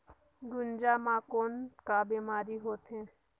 गुनजा मा कौन का बीमारी होथे?